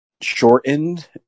shortened